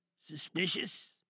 suspicious